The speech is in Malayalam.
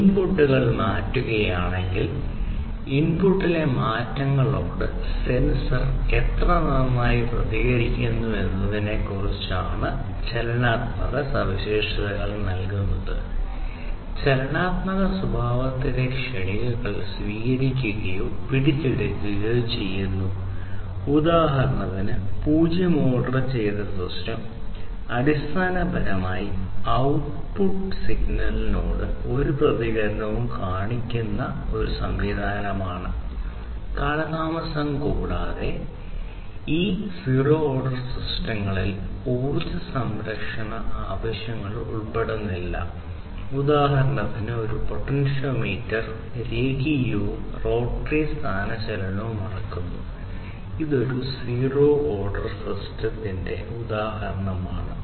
ഇൻപുട്ടുകൾ മാറ്റുകയാണെങ്കിൽ ഇൻപുട്ടിലെ മാറ്റങ്ങളോട് സെൻസർ എത്ര നന്നായി പ്രതികരിക്കുന്നു എന്നതിനെക്കുറിച്ചാണ് ഡൈനാമിക് സവിശേഷതകൾ ഉദാഹരണമാണ്